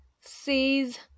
Seize